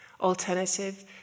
alternative